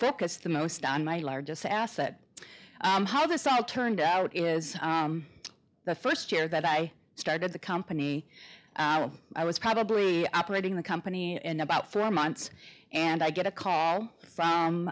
focus the most on my largest asset how this all turned out is the first year that i started the company i was probably operating the company in about four months and i get a call from